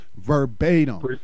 verbatim